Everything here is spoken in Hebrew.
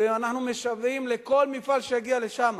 ואנחנו משוועים לכל מפעל שיגיע לשם.